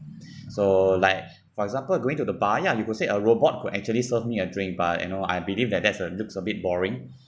so like for example going to the bar ya you could say a robot could actually serve me a drink but you know I believe that that's uh looks a bit boring